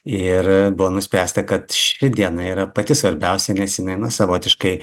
ir buvo nuspręsta kad ši diena yra pati svarbiausia nes jinai nu savotiškai